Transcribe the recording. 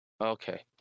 Okay